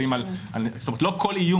לא כל איום